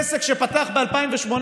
עסק שפתח ב-2018,